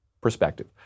perspective